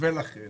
לכן